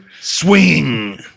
swing